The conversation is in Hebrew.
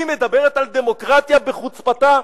היא מדברת על דמוקרטיה, בחוצפתה?